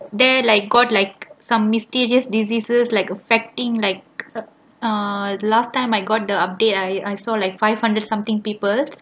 there like got like some mysterious diseases like infecting like uh last time I got the update I I saw like five hundred something peoples